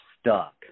stuck